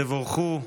תבורכו.